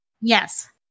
Yes